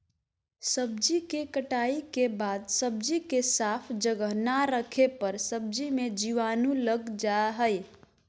सब्जी के कटाई के बाद सब्जी के साफ जगह ना रखे पर सब्जी मे जीवाणु लग जा हय